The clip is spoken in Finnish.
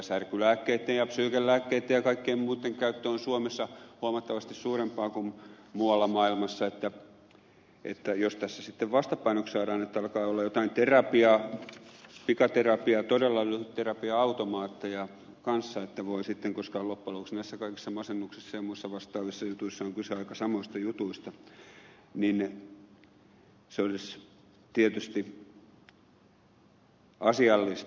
särkylääkkeitten ja psyykenlääkkeitten ja kaikkien muitten käyttö on suomessa huomattavasti suurempaa kuin muualla maailmassa että jos tässä sitten vastapainoksi saadaan että alkaa olla jotain terapia pikaterapia todella lyhyt terapia automaatteja kanssa koska loppujen lopuksi kaikissa näissä masennuksissa ja muissa vastaavissa jutuissa on kyse aika samoista jutuista niin se olisi tietysti asiallista